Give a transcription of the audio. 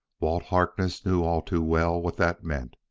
walt harkness knew all too well what that meant.